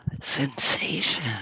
sensation